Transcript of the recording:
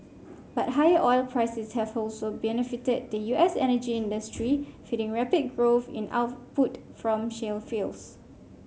but higher oil prices have also benefited the U S energy industry feeding rapid growth in output from shale fields